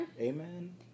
amen